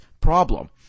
problem